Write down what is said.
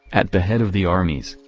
at the head of the armies,